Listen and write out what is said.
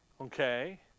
Okay